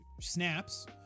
Snaps